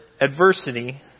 adversity